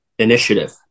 initiative